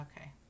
Okay